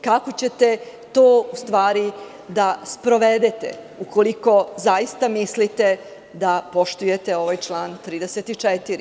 Kako ćete to, u stvari, da sprovedete, ukoliko zaista mislite da poštujete ovaj član 34?